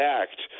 act